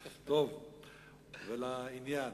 ולעניין.